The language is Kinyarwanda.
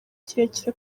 kirekire